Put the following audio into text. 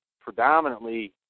predominantly